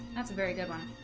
that's a very good one